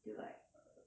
till like err